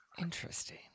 Interesting